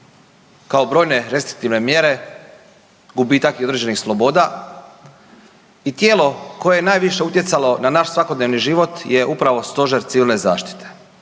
kao brojne restriktivne mjere, gubitak određenih sloboda i tijelo koje je najviše utjecalo na naš svakodnevni život je upravo Stožer civilne zaštite